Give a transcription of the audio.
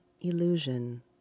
illusion